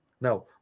Now